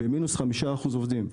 במינוס של 5% עובדים,